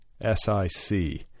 S-I-C